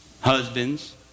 Husbands